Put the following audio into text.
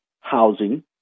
housing